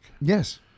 Yes